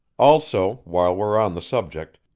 also, while we're on the subject,